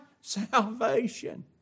salvation